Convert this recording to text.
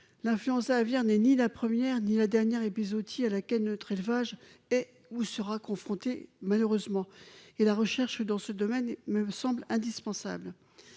l'influenza aviaire n'est ni la première ni la dernière épizootie à laquelle neutre élevage est ou sera confronté, malheureusement et la recherche dans ce domaine, il me semble indispensable,